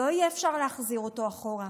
שלא יהיה אפשר להחזיר אותו אחורה.